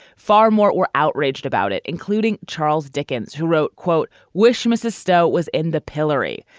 far more were outraged about it, including charles dickens, who wrote, quote, wish mrs. stowe was in the pillory.